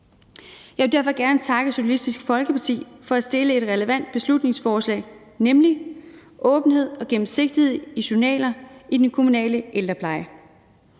Jeg vil derfor gerne takke Socialistisk Folkeparti for at fremsætte et relevant beslutningsforslag, nemlig om åbenhed og gennemsigtighed i journaler i den kommunale ældrepleje.